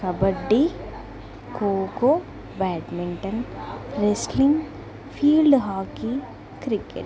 kabaddi kho kho badminton wrestling field hockey cricket